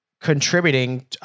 contributing